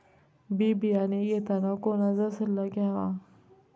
बी बियाणे घेताना कोणाचा सल्ला घ्यावा?